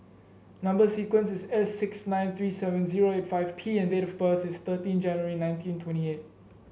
number sequence is S six nine three seven zero eight five P and date of birth is thirteen January nineteen twenty eight